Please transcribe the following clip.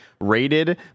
rated